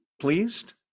pleased